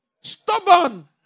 Stubborn